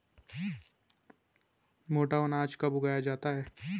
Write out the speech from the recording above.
मोटा अनाज कब उगाया जाता है?